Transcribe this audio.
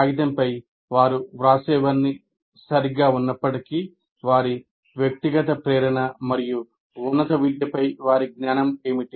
కాగితంపై వారు వ్రాసేవన్నీ సరిగ్గా ఉన్నప్పటికీ వారి వ్యక్తిగత ప్రేరణ మరియు ఉన్నత విద్యపై వారి జ్ఞానం ఏమిటి